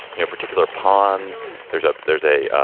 you know, particular ponds there's a there's a